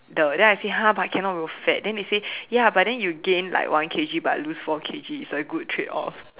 the then I say !huh! but I cannot grow fat but then they say ya but you gain one K_G but lose four K_G so it's a good trade off